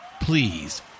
Please